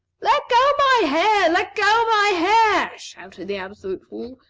let go my hair! let go my hair! shouted the absolute fool,